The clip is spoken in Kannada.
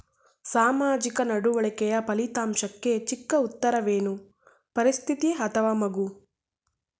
ಸಾಮಾಜಿಕ ನಡವಳಿಕೆಯ ಫಲಿತಾಂಶಕ್ಕೆ ಚಿಕ್ಕ ಉತ್ತರವೇನು? ಪರಿಸ್ಥಿತಿ ಅಥವಾ ಮಗು?